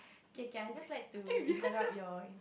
okay can I just like to interrupt your